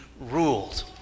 ruled